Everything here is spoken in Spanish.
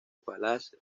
palace